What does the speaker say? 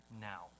now